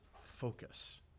focus